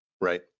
right